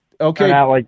Okay